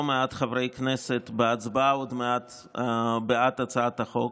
מעט בהצבעה לא מעט חברי כנסת בעד הצעת החוק.